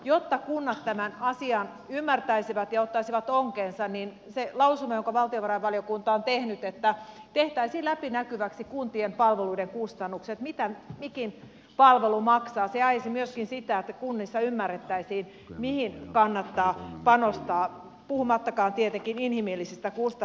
jotta kunnat tämän asian ymmärtäisivät ja ottaisivat onkeensa niin se lausuma jonka valtiovarainvaliokunta on tehnyt että tehtäisiin läpinä kyväksi kuntien palveluiden kustannukset mitä mikäkin palvelu maksaa ajaisi myöskin sitä että kunnissa ymmärrettäisiin mihin kannattaa panostaa puhumattakaan tietenkään inhimillisistä kustannuksista